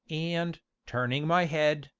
and, turning my head,